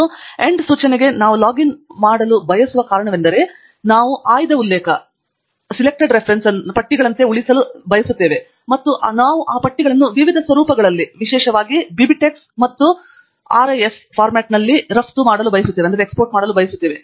ಮತ್ತು ಎಂಡ್ ಸೂಚನೆಗೆ ನಾವು ಲಾಗಿನ್ ಮಾಡಲು ಬಯಸುವ ಕಾರಣವೆಂದರೆ ನಾವು ಆಯ್ದ ಉಲ್ಲೇಖಗಳನ್ನು ಪಟ್ಟಿಗಳಂತೆ ಉಳಿಸಲು ಬಯಸುತ್ತೇವೆ ಮತ್ತು ನಾವು ಆ ಪಟ್ಟಿಗಳನ್ನು ವಿವಿಧ ಸ್ವರೂಪಗಳಲ್ಲಿ ವಿಶೇಷವಾಗಿ ಬಿಬಿಟೆಕ್ಸ್ ಮತ್ತು ಆರ್ಐಎಸ್ ಫಾರ್ಮ್ಯಾಟ್ಗಳಲ್ಲಿ ರಫ್ತು ಮಾಡಲು ಬಯಸುತ್ತೇವೆ